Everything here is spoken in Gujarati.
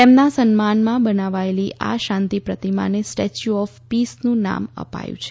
તેમના સન્માનમાં બનાવાયેલી આ શાંતિ પ્રતિમાને સ્ટેચ્યુ ઓફ પીસનું નામ અપાયું છે